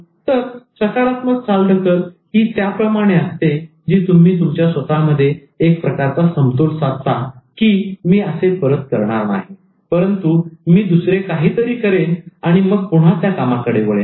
तर सकारात्मक चालढकल ही त्या प्रमाणे असते जी तुम्ही तुमच्या स्वतःमध्ये एक प्रकारचा समतोल साधता की मी असे परत करणार नाही परंतु मी दुसरे काहीतरी करेन आणि मग पुन्हा त्या कामाकडे वळेन